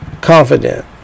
confident